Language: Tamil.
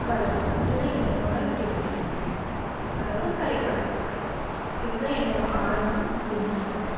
வரைவேன் இதுதான் என்னோடய பெயிண்டிங் அதாவது கலைப்படைப்பு இதுதான் என்னோடய ஆரம்பமும் முடிவுமாக இருக்கும்